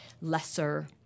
lesser